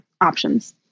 options